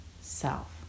self